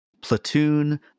Platoon